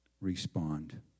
respond